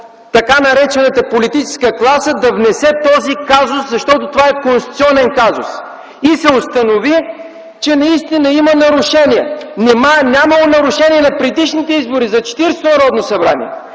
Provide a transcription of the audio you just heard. така наречената политическа класа да внесе този казус, защото това е конституционен казус и се установи, че наистина има нарушения. Нима е нямало нарушения на предишните избори за Четиридесето Народно събрание?